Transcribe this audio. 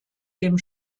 dem